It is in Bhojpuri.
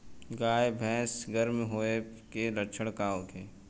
गाय भैंस गर्म होय के लक्षण का होखे?